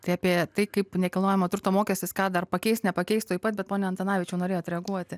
tai apie tai kaip nekilnojamo turto mokestis ką dar pakeis nepakeis tuoj pat bet pone antanavičiau norėjot reaguoti